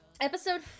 Episode